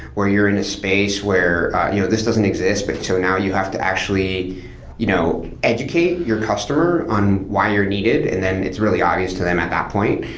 or you're in a space where this doesn't exist, but so now you have to actually you know educate your customer on why you're needed and then it's really obvious to them at that point,